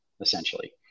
essentially